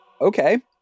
Okay